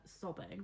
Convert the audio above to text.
sobbing